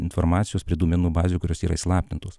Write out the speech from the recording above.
informacijos prie duomenų bazių kurios yra įslaptintos